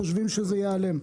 חושבים שזה יעלם.